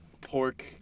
pork